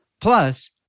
Plus